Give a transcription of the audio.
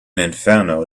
inferno